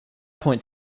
point